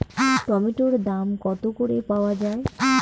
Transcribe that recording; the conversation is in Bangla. টমেটোর দাম কত করে পাওয়া যায়?